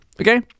okay